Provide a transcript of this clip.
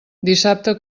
dissabte